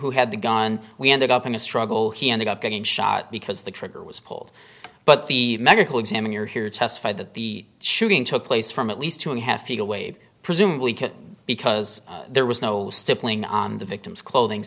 who had the gun we ended up in a struggle he ended up getting shot because the trigger was pulled but the medical examiner here testified that the shooting took place from at least two and a half feet away but presumably could because there was no stippling on the victim's clothing